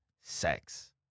Sex